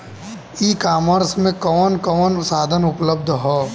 ई कॉमर्स में कवन कवन साधन उपलब्ध ह?